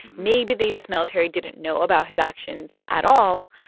maybe the u s. military didn't know about his actions at all.